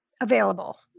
available